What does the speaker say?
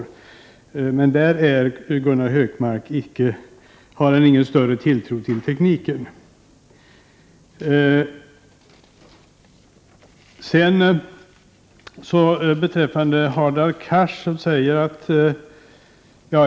I den här frågan har Gunnar Hökmark inte någon större tilltro till tekniken.